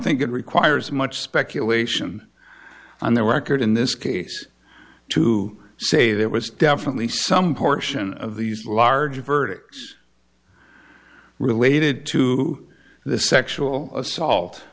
think it requires much speculation on the record in this case to say that was definitely some portion of these large verdicts related to the sexual assault